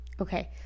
Okay